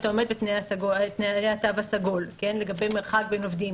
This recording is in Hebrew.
אתה עומד בתנאי התו הסגול לגבי מרחק בין עובדים,